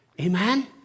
Amen